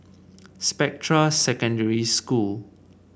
Spectra Secondary School